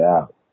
out